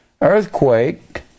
Earthquake